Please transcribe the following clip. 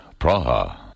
Praha